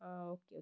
ആ okay okay